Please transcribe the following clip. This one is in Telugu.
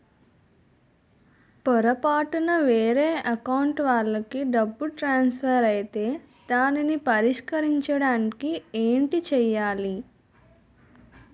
పొరపాటున వేరే అకౌంట్ వాలికి డబ్బు ట్రాన్సఫర్ ఐతే దానిని పరిష్కరించడానికి ఏంటి చేయాలి?